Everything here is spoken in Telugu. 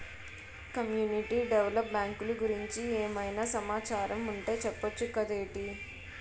కమ్యునిటీ డెవలప్ బ్యాంకులు గురించి ఏమైనా సమాచారం ఉంటె చెప్పొచ్చు కదేటి